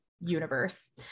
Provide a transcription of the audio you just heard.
universe